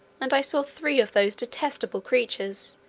and i saw three of those detestable creatures,